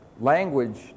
language